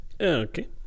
Okay